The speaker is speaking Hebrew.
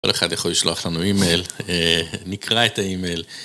כל אחד יכול לשלוח לנו אימייל, נקרא את האימייל.